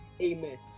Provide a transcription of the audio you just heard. Amen